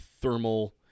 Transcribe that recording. thermal